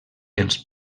els